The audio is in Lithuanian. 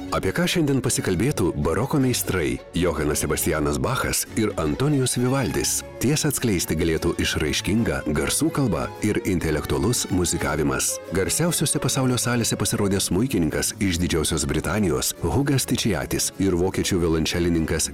apie ką šiandien pasikalbėtų baroko meistrai johanas sebastianas bachas ir antonijus vivaldis tiesą atskleisti galėtų išraiškinga garsų kalba ir intelektualus muzikavimas garsiausiose pasaulio salėse pasirodęs smuikininkas iš didžiosios britanijos hugas tičijatis ir vokiečių violončelininkas